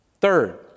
Third